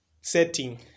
setting